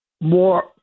more